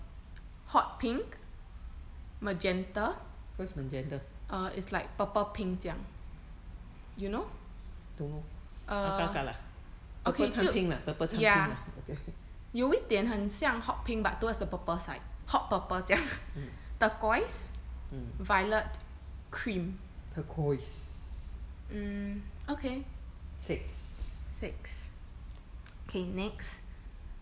hot pink magenta err it's like purple pink 这样 you know err okay 就 ya 有一点很像 hot pink but towards the purple side hot purple 这样 turquoise violet cream mm okay six okay next